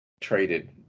traded